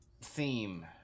theme